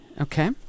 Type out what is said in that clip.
Okay